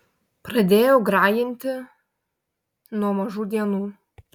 pradėjau grajinti nuo mažų dienų